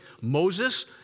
Moses